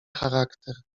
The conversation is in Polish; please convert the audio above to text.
charakter